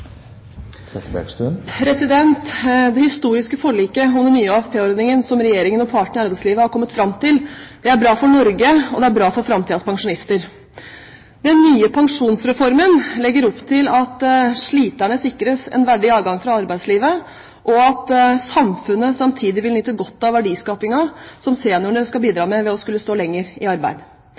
bra for framtidas pensjonister. Den nye pensjonsreformen legger opp til at sliterne sikres en verdig avgang fra arbeidslivet, og at samfunnet samtidig vil nyte godt av verdiskapingen som seniorene skal bidra med ved å skulle stå lenger i arbeid.